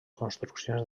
construccions